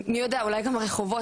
מי יודע, אולי גם הרחובות.